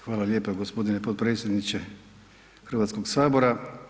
Hvala lijepa gospodine podpredsjedniče Hrvatskog sabora.